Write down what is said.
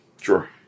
Sure